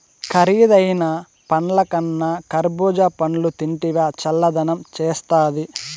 కరీదైన పండ్లకన్నా కర్బూజా పండ్లు తింటివా చల్లదనం చేస్తాది